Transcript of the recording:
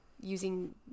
using